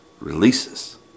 releases